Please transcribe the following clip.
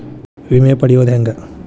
ವಿಮೆ ಪಡಿಯೋದ ಹೆಂಗ್?